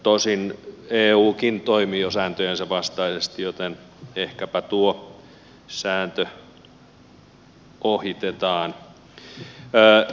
tosin eukin toimii jo sääntöjensä vastaisesti joten ehkäpä tuo sääntö ohitetaan